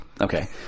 Okay